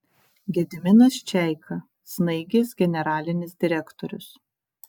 gediminas čeika snaigės generalinis direktorius